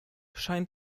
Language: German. scheint